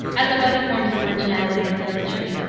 as of other forms of originality in literature,